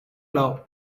love